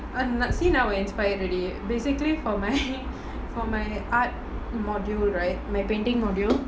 anna see now I'm inspired already basically for my for my art module right my painting module